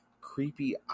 creepy